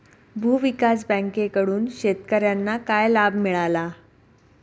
भूविकास बँकेकडून शेतकर्यांना काय लाभ मिळाला?